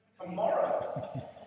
Tomorrow